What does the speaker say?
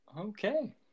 Okay